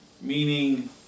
meaning